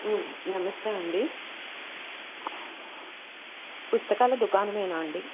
నమస్తే అండి పుస్తకాల దుకాణమేనా అండి